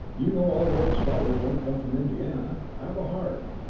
you know all rhodes scholars don't come from indiana! have a heart!